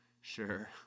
Sure